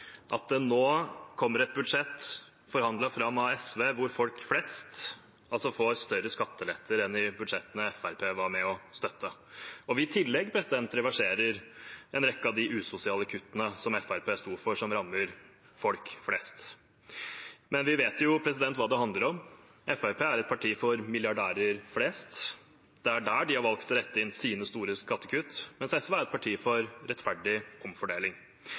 at det nå kommer et budsjett forhandlet fram av SV hvor folk flest får større skatteletter enn i budsjettene Fremskrittspartiet var med og støttet. I tillegg reverserer vi en rekke av de usosiale kuttene som Fremskrittspartiet sto for, som rammer folk flest. Men vi vet jo hva det handler om. Fremskrittspartiet er et parti for milliardærer flest. Det er der de har valgt å rette inn sine store skattekutt, mens SV er et parti for rettferdig omfordeling.